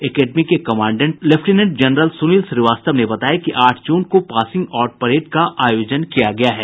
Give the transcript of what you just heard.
academy के commandant lieutenant general Sunil Srivastava ने बताया कि आठ जून को पासिंग आउट परेड का आयोजन किया गया है